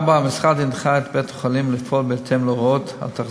המשרד הנחה את בית-החולים לפעול בהתאם להוראות התחזוקה.